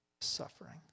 suffering